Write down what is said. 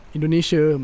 Indonesia